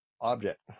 object